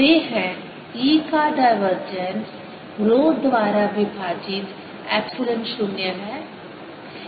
वे हैं E का divergence rho द्वारा विभाजित एप्सिलॉन 0 है